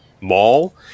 mall